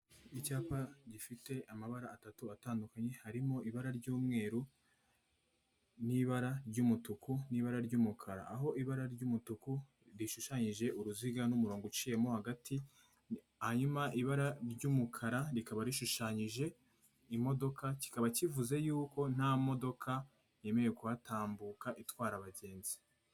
Icyapa gifite amabara atatu atandukanye, harimo ibara ry'umweru, n'ibara ry'umutuku, n'ibara ry'umukara, aho ibara ry'umutuku rishushanyije uruziga n'umurongo uciyemo hagati hanyuma ibara ry'umukara rikaba rishushanyije imodoka, kikaba kivuze y'uko nta modoka yemewe kuhatambuka itwara abagenzi.